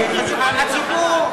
הציבור,